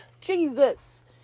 jesus